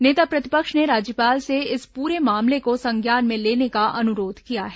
नेता प्रतिपक्ष ने राज्यपाल से इस पूरे मामले को संज्ञान में लेने का अनुरोध किया है